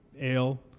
ale